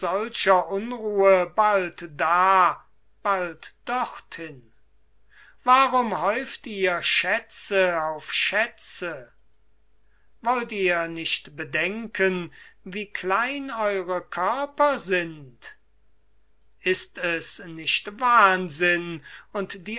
unruhe bald da bald dort hin warum häuft ihr schätze auf schätze wollt ihr nicht bedenken wie klein eure körper sind ist es nicht wahnsinn und